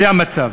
זה המצב.